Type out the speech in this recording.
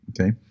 Okay